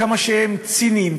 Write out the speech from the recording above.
כמה שהם ציניים,